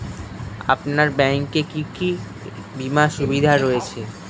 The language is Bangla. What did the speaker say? আপনার ব্যাংকে কি কি বিমার সুবিধা রয়েছে?